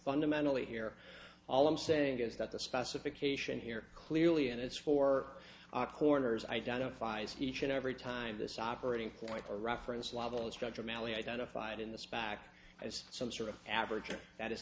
fundamentally here all i'm saying is that the specification here clearly in its four corners identifies each and every time this operating point a reference level structure mally identified in this back as some sort of average that is